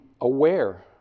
aware